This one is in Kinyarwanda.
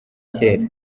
kera